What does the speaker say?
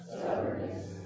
stubbornness